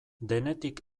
denetik